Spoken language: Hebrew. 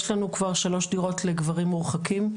יש לנו כבר שלוש דירות לגברים מורחקים,